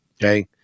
Okay